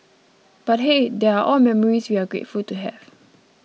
but hey they are all memories we're grateful to have